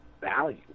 value